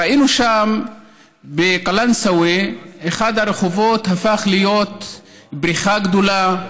ראינו בקלנסווה שאחד הרחובות הפך להיות בריכה גדולה,